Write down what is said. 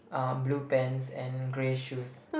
um blue pants and grey shoes